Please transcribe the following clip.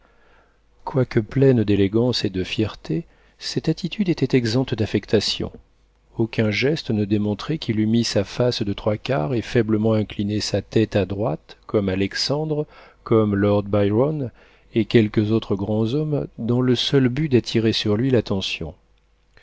quoique pleine d'élégance et de fierté cette attitude était exempte d'affectation aucun geste ne démontrait qu'il eût mis sa face de trois quarts et faiblement incliné sa tête à droite comme alexandre comme lord byron et quelques autres grands hommes dans le seul but d'attirer sur lui l'attention